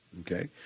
okay